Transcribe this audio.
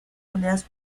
monedas